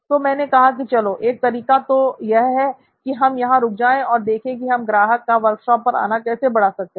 तो मैंने कहा कि चलो ठीक है एक तरीका तो यह है कि हम यहां रुक जाएं और देखें कि हम ग्राहक का वर्कशॉप पर आना कैसे बढ़ा सकते हैं